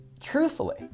truthfully